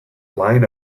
line